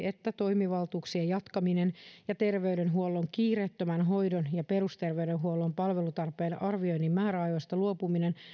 että toimivaltuuksien jatkaminen ja terveydenhuollon kiireettömän hoidon ja perusterveydenhuollon palvelutarpeen arvioinnin määräajoista luopuminen